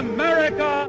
America